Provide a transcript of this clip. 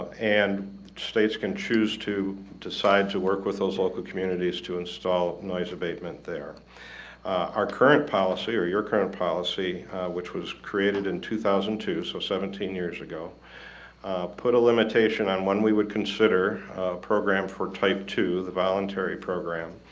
and states can choose to decide to work with those local communities to install noise abatement there our current policy or your current policy which was created in two thousand and two so seventeen years ago put a limitation on when we would consider program for type two the ah and terry program